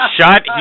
shut